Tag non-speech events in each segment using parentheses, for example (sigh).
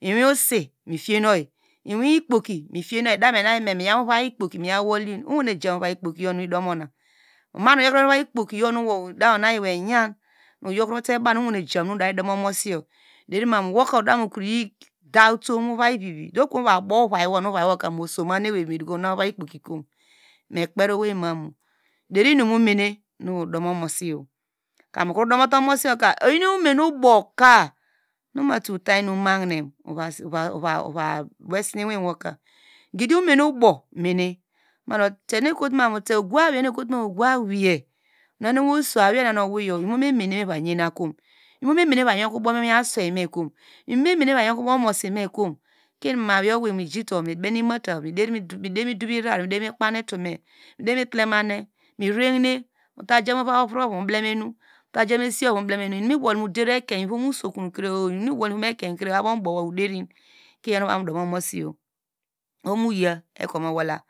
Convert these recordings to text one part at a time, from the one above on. Iwiosi mitiyenu oyi, miwe ikpoki mitiyenuoyl, dame nu ayime, me yaw mu ovai ikpoki miyawyin owe ja mu ovai ikpoki yor nu oyl domuna, manu oyokro, oyokote mu buw nu odamu yi domu omosiyor derimanu woka adamuyi dautum mu ovivivi, do okovonu mu va bowo uvini yor nu ovai woka musomu mi ewei me dokom mu ana ovai ikpoki kom, mikperi owei mamu deri inum nu mu mene ohovi udomo mosi, kam okro domute omomosika oyinu omene ubow nu oma tul ta inumahinem (hesitation) bowesen iwin woka, gidi omene ubow mene, mudu, tenu ekotumute oguawei, onu- oyanewei oso, awei ye na nu owei, imumernene me vayenakom, imumemene mi va yonke ubow ma swei me kom imumemene meva yonke ubow mu omosime kom, konu mam awei oweite mija utu, ma kpa itume mederi mibene imota, mi devi metlemane, me rerohine muja mu ovai ovre ovu mu blema enu, inum nu iwole mu ivom ekein oder usokun kre oderin abom ubowo, koiyo nu ovam mu do mu omosi yor, oho mu ya ekwe mu wola,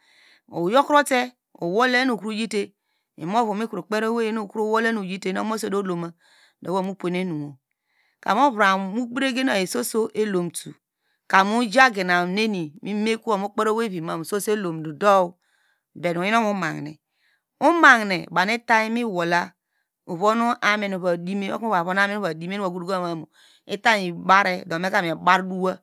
oyokrote uwole nu okro yite, imuvo nu mikro kperi owen oho nu omosiyor odoloma do womu puwene enuwo mu kperi oyi soso elomle kamu ija gineneni mi memekowo mu kperi owei vivi soso, but oyan okonu mumahine. Omahine baw nu itanymibara okonu omu von amin muva dim muva dowa nu odukomami itany yor ibara niika mibardowa.